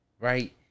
right